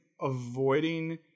avoiding